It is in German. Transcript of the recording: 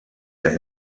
der